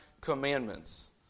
commandments